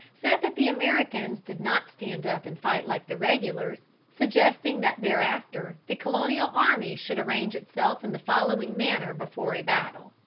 said that the americans did not stand up and fight like the regulars, suggesting that thereafter the colonial army should arrange itself in the following manner before a battle!